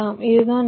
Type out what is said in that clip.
இதுதான் நன்மை